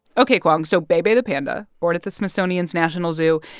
ok, kwong so bei bei the panda, born at the smithsonian's national zoo,